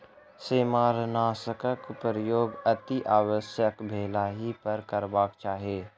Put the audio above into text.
सेमारनाशकक प्रयोग अतिआवश्यक भेलहि पर करबाक चाही